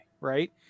right